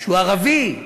שהוא ערבי,